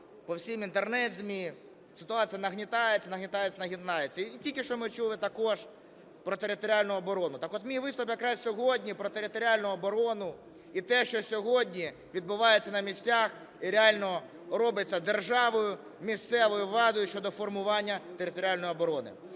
по всім інтернет-ЗМІ, ситуація нагнітається, нагнітається, нагнітається. І тільки що ми чули також про територіальну оборону. Так от, мій виступ якраз сьогодні про територіальну оборону, і те, що сьогодні відбувається на місцях і реально робиться державою, місцевою владою щодо формування територіальної оборони.